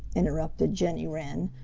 interrupted jenny wren.